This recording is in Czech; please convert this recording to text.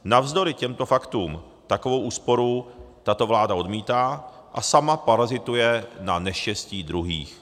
Navzdory těmto faktům takovou úsporu tato vláda odmítá a sama parazituje na neštěstí druhých.